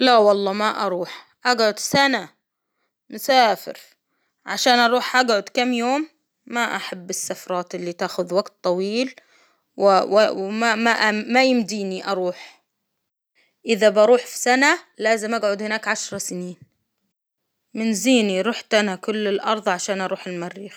لا والله ما أروح أجعد سنة نسافرعشان أروح أجعد كم يوم، ما أحب السفرات اللي تاخد وقت طويل ما يمديني أروح إذا بروح سنة لازم أجعد هناك عشرة سنين، من زيني رحت أنا كل الأرض عشان أروح المريخ.